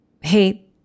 Hey